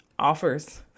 offers